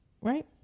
Right